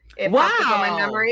Wow